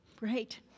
Right